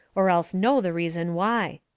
or else know the reason why.